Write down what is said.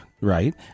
right